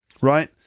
right